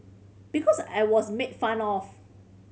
because I was made fun of